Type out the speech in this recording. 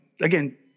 again